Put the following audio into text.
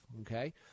okay